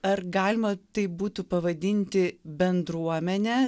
ar galima tai būtų pavadinti bendruomene